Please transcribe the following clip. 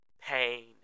pain